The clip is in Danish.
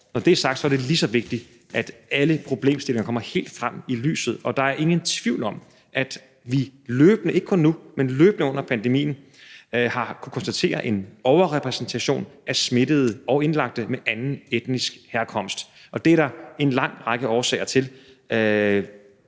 Når det er sagt, er det lige så vigtigt, at alle problemstillinger kommer helt frem i lyset, og der er ingen tvivl om, at vi ikke kun nu, men løbende under pandemien har kunnet konstatere en overrepræsentation af smittede og indlagte med anden etnisk herkomst, og det er der en lang række årsager til.